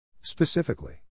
Specifically